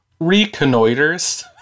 Reconnoiters